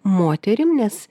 moterim nes